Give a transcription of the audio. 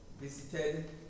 visited